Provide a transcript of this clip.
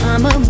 I'ma